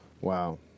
wow